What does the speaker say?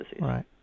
Right